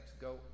go